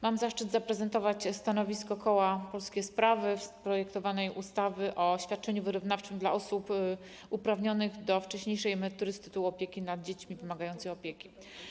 Mam zaszczyt zaprezentować stanowisko koła Polskie Sprawy wobec projektowanej ustawy o świadczeniu wyrównawczym dla osób uprawnionych do wcześniejszej emerytury z tytułu opieki nad dziećmi wymagającymi opieki.